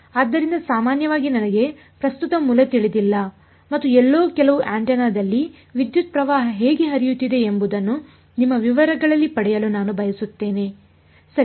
ಆದ್ದರಿಂದ ಸಾಮಾನ್ಯವಾಗಿ ನನಗೆ ಪ್ರಸ್ತುತ ಮೂಲ ತಿಳಿದಿಲ್ಲ ಮತ್ತು ಎಲ್ಲೋ ಕೆಲವು ಆಂಟೆನಾದಲ್ಲಿ ವಿದ್ಯುತ್ ಪ್ರವಾಹ ಹೇಗೆ ಹರಿಯುತ್ತಿದೆ ಎಂಬುದನ್ನು ನಿಮ್ಮ ವಿವರಗಳಲ್ಲಿ ಪಡೆಯಲು ನಾನು ಬಯಸುತ್ತೇನೆ ಸರಿ